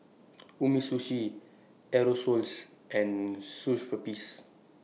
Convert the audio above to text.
Umisushi Aerosoles and Schweppes